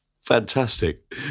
fantastic